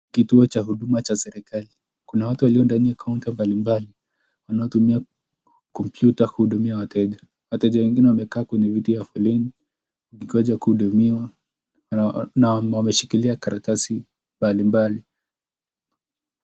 Kituo cha huduma cha serikali. Kuna watu walio ndani ya kaunta mbalimbali wanaotumia kompyuta kuhudumia wateja. Wateja wengine wamekaa kwenye viti ya foleni wakigonja kuhudumiwa na wameshikilia karatasi mbalimbali.